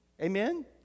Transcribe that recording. Amen